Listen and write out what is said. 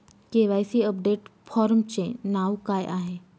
KYC update फॉर्मचे नाव काय आहे?